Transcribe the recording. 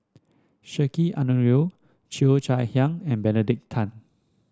Sheik Alau'ddin Cheo Chai Hiang and Benedict Tan